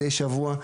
מדי שבוע,